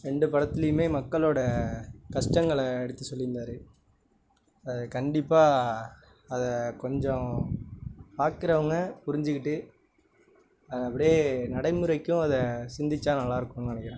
ரெண்டு படத்துலேயுமே மக்களோடய கஷ்டங்களை எடுத்து சொல்லியிருந்தாரு அது கண்டிப்பாக அதை கொஞ்சம் பார்க்குறவுங்க புரிஞ்சுக்கிட்டு அப்படியே நடைமுறைக்கும் அதை சிந்தித்தா நல்லாயிருக்குன்னு நினைக்குறேன்